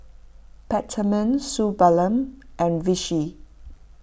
Peptamen Suu Balm and Vichy